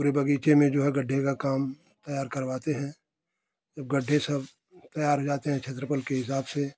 पूरे बगीचे में जो है गड्ढे का काम तैयार करवाते हैं जब गड्ढे सब तैयार हो जाते हैं क्षेत्रफल के हिसाब से